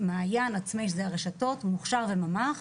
מעיין ועצמאי שזה הרשתות מוכשר וממ"ח,